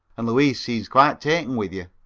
and louise seems quite taken with you.